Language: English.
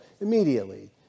immediately